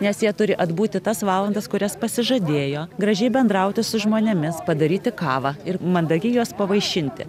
nes jie turi atbūti tas valandas kurias pasižadėjo gražiai bendrauti su žmonėmis padaryti kavą ir mandagiai juos pavaišinti